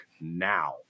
now